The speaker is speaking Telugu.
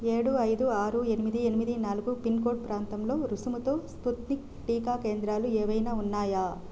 ఏడు ఐదు ఆరు ఎనిమిది ఎనిమిది నాలుగు పిన్కోడ్ ప్రాంతంలో రుసుముతో స్పుత్నిక్ టీకా కేంద్రాలు ఏవైనా ఉన్నాయా